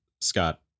Scott